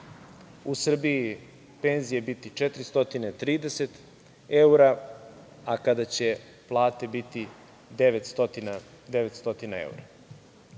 u Srbiji penzije biti 430 evra, a kada će plate biti 900 evra. Kada